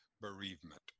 bereavement